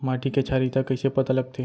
माटी के क्षारीयता कइसे पता लगथे?